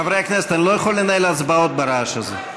חברי הכנסת, אני לא יכול לנהל הצבעות ברעש הזה.